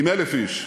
עם 1,000 איש,